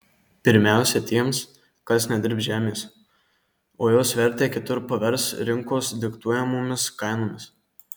pirmiausia tiems kas nedirbs žemės o jos vertę kitur pavers rinkos diktuojamomis kainomis